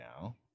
now